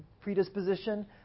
predisposition